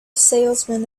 salesman